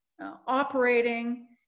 operating